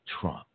Trump